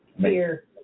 Beer